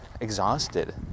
exhausted